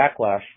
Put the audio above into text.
Backlash